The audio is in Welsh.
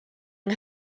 yng